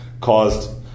caused